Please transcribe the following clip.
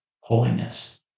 holiness